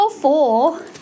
four